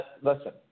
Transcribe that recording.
listen